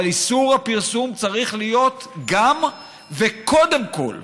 אבל איסור הפרסום צריך להיות גם וקודם כול